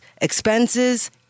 expenses